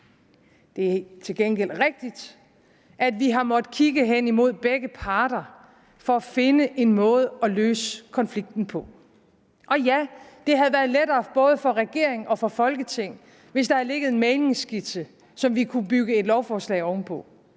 Det er til gengæld rigtigt, at vi har måttet kigge hen imod begge parter for at finde en måde at løse konflikten på. Og ja, det havde været lettere både for regering og for Folketing, hvis der havde ligget en mæglingsskitse, som vi kunne bygge et lovforslag oven på.